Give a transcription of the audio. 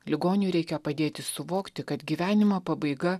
ligoniui reikia padėti suvokti kad gyvenimo pabaiga